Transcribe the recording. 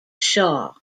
shaw